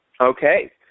Okay